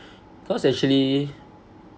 cause actually